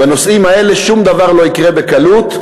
בנושאים האלה שום דבר לא יקרה בקלות,